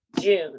June